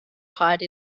hide